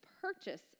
purchase